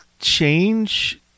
change